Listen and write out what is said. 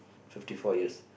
fifty four years